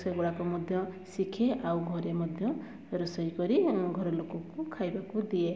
ସେ ଗୁଡ଼ାକ ମଧ୍ୟ ଶିଖେ ଆଉ ଘରେ ମଧ୍ୟ ରୋଷେଇ କରି ଘର ଲୋକଙ୍କୁ ଖାଇବାକୁ ଦିଏ